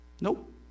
Nope